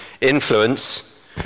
influence